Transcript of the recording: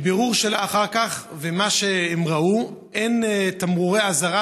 מבירור של אחר כך וממה שהם ראו, אין תמרורי אזהרה